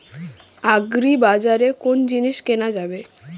আগ্রিবাজারে কোন জিনিস কেনা যাবে?